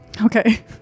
Okay